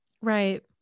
Right